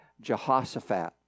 Jehoshaphat